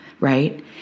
right